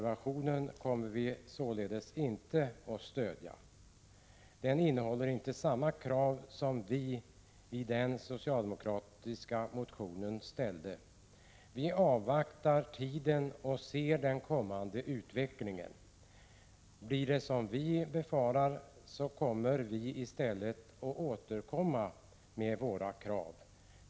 Vi kommer således inte att stödja vpk-reservationen. Den innehåller inte samma krav som vi ställde i den socialdemokratiska motionen. Vi avvaktar och får med tiden se hur utvecklingen blir. Blir utvecklingen som vi befarar kommer vi i stället att återkomma med våra krav.